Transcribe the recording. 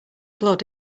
blood